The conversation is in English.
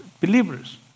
believers